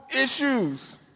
issues